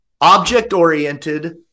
object-oriented